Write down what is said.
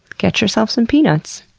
get yourself some peanuts,